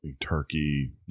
Turkey